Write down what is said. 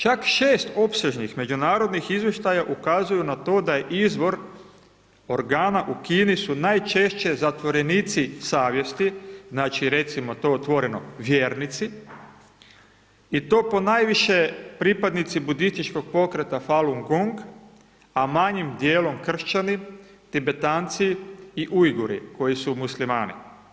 Čak 6 opsežnih međunarodnih izvještaja ukazuju na to da je izvor organa u Kini su najčešće zatvorenici savjesti, znači recimo to otvoreno, vjernici i to ponajviše pripadnici budističkog pokreta Falun gong, a manjim dijelom kršćani, Tibetanci i Ujguri, koji su muslimani.